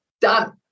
done